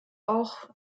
auch